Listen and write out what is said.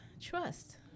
trust